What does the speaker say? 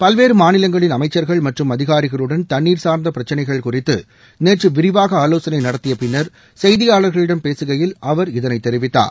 பல்வேறு மாநிலங்களின் அமைச்சர்கள் மற்றும் அதிகாரிகளுடன் தண்ணீர் சார்ந்த பிரச்சனைகள் குறித்து நேற்று விரிவாக ஆலோசனை நடத்திய பின்னர் செய்தியாளர்களிடம் பேசுகையில் அவர் இதனைத் தெரிவித்தார்